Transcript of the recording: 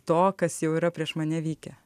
to kas jau yra prieš mane vykę